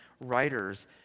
writers